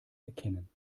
erkennen